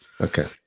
Okay